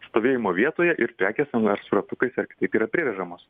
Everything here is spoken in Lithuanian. stovėjimo vietoje ir prekės ten ar su ratukais ar kitaip yra privežamos